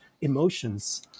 emotions